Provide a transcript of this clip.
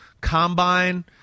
combine